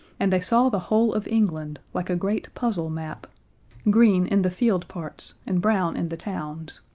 and they saw the whole of england, like a great puzzle map green in the field parts and brown in the towns,